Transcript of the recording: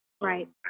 Right